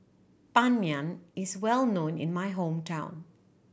Ban Mian is well known in my hometown